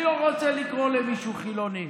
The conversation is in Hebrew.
אני לא רוצה לקרוא למישהו חילוני.